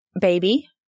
Baby